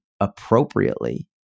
appropriately